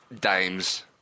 dames